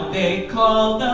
a call